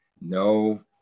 no